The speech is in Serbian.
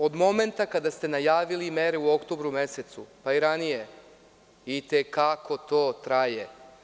Od momenta kada ste najavili mere u oktobru mesecu, pa i ranije, i te kako to traje.